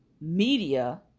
media